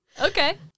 Okay